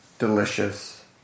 delicious